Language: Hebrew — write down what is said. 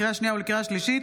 לקריאה שנייה ולקריאה שלישית: